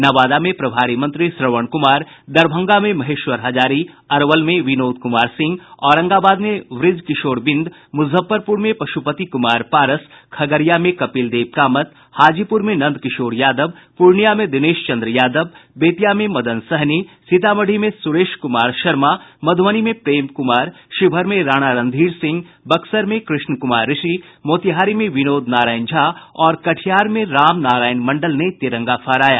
नवादा में प्रभारी मंत्री श्रवण क्मार दरभंगा में महेश्वर हजारी अरवल में विनोद क्मार सिंह औरंगाबाद में ब्रजकिशोर बिंद मुजफ्फरपुर में पशुपति कुमार पारस खगड़िया में कपिलदेव कामत हाजीपुर में नंद किशोर यादव पूर्णिया में दिनेश चंद्र यादव बेतिया में मदन सहनी सीतामढ़ी में सुरेश कुमार शर्मा मधुबनी में प्रेम कुमार शिवहर में राणा रणधीर सिंह बक्सर में कृष्ण कुमार ऋषि मोतिहारी में विनोद नारायण झा और कटिहार में राम नारायण मंडल ने तिरंगा फहराया